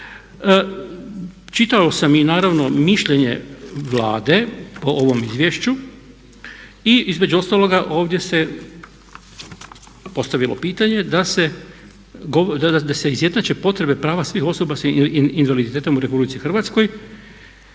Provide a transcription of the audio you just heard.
Čitao sam i naravno mišljenje Vlade o ovom izvješću i između ostaloga ovdje se postavilo pitanje da se izjednače potrebe prava svih osoba sa invaliditetom u RH. Potrebno